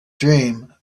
dream